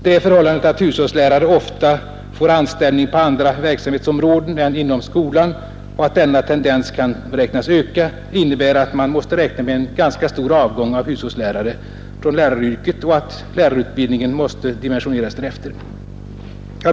Det förhållandet att hushållslärare ofta får anställning på andra verksamhetsområden än inom skolan och att denna tendens kan beräknas öka innebär, att man måste räkna med en ganska stor avgång av hushållslärare från läraryrket och att lärarutbildningen måste dimensioneras därefter.